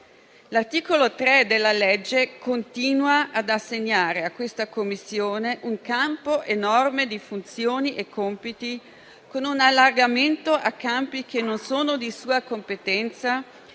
L'articolo 3 della legge continua ad assegnare a questa Commissione un campo enorme di funzioni e compiti, con un allargamento a campi che non sono di sua competenza,